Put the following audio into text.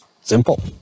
Simple